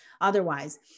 otherwise